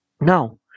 Now